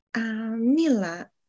Mila